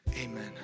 Amen